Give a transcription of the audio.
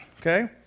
Okay